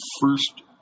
first